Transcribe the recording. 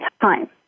time